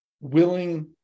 willing